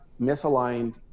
misaligned